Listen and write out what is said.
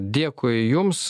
dėkui jums